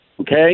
Okay